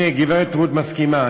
הנה, גברת רות מסכימה.